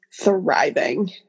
thriving